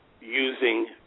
using